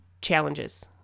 challenges